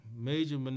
major